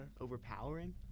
overpowering